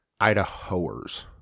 Idahoers